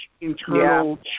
internal